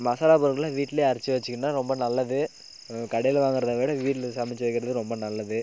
மசாலா பொருட்கள்லாம் வீட்டில் அரைச்சி வச்சுக்கின்னால் ரொம்ப நல்லது கடையில் வாங்கறதை விட வீட்டில் சமைச்சி வைக்கிறது ரொம்ப நல்லது